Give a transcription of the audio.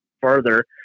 further